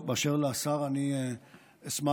אשר לשר, אני אשמח